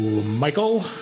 Michael